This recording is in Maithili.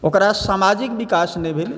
ओकरा सामाजिक विकास नहि भेलै